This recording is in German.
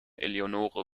eleonore